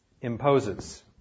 imposes